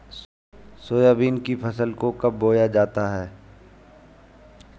Soybean की फसल को कब बोया जाता है?